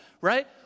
right